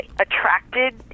attracted